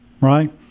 right